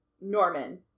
Norman